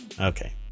Okay